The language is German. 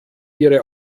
ihre